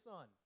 Son